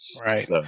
Right